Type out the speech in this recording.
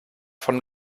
von